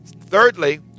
Thirdly